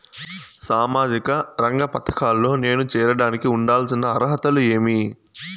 సామాజిక రంగ పథకాల్లో నేను చేరడానికి ఉండాల్సిన అర్హతలు ఏమి?